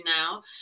now